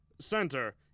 Center